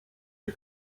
der